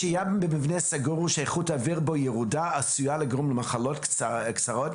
שהייה במבנה סגור שאיכות האוויר בו ירודה עשויה לגרום למחלות קצרות